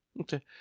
Okay